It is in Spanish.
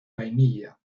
vainilla